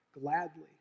gladly